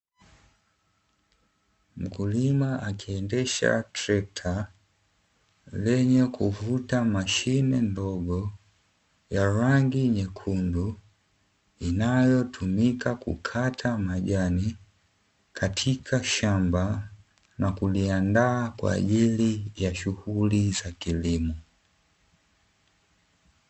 Mkulima akiendesha trekta lenye kuvuta mashine ndogo ya rangi nyekundu, inayotumika kukata majani katika shamba na kuliandaa kwa ajili ya shughuli za kilimo.